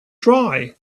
dry